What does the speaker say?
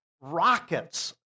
rockets